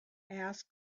ask